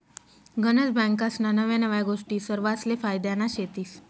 गनज बँकास्ना नव्या नव्या गोष्टी सरवासले फायद्यान्या शेतीस